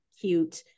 cute